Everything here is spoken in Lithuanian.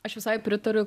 aš visai pritariu